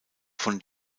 von